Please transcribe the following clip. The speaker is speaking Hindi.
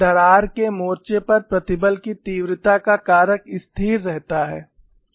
दरार के मोर्चे पर प्रतिबल की तीव्रता का कारक स्थिर रहता है